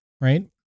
right